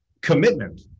commitment